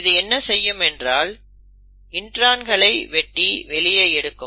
இது என்ன செய்யும் என்றால் இன்ட்ரானை வெட்டி வெளியே எடுக்கும்